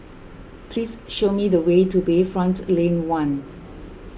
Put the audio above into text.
please show me the way to Bayfront Lane one